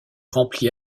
rempli